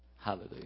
Hallelujah